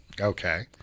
okay